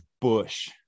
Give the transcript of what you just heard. Bush